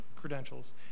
credentials